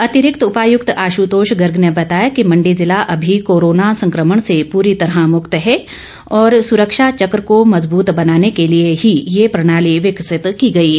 अतिरिक्त उपायुक्त आ गुतोश गर्ग ने बताया कि मंडी ज़िला अभी कोरोना संकमण से पूरी तरह मुक्त है और सुरक्षा चक को मजबूत बनाने के लिए ही ये प्रणाली विकसित की गई है